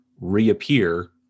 reappear